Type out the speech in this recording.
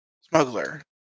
smuggler